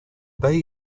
bay